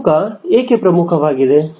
ಈ ತೂಕ ಏಕೆ ಪ್ರಮುಖವಾಗಿದೆ